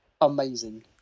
amazing